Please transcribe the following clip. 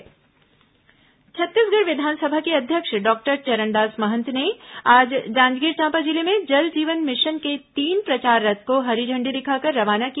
जल जीवन मिशन छत्तीसगढ़ विधानसभा के अध्यक्ष डॉक्टर चरणदास महंत ने आज जांजगीर चांपा जिले में जल जीवन मिशन के तीन प्रचार रथ को हरी झंडी दिखाकर रवाना किया